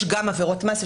יש גם עבירות מס,